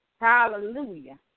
Hallelujah